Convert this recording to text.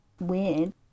weird